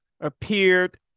appeared